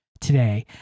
today